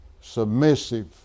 submissive